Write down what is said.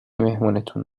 مهمونتون